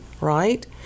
right